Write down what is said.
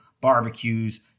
Barbecues